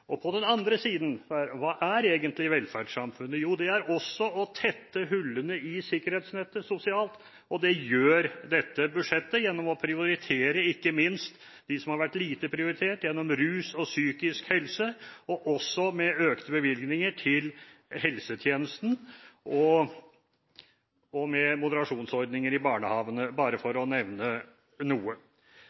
På den andre siden: Hva er egentlig velferdssamfunnet? Jo, det er også å tette hullene i sikkerhetsnettet sosialt, og det gjør dette budsjettet gjennom å prioritere ikke minst dem som har vært lite prioritert, innenfor rus og psykisk helse, og også med økte bevilgninger til helsetjenesten og med moderasjonsordninger i barnehagene – bare for å nevne noe.